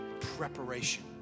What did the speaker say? preparation